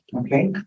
Okay